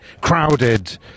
crowded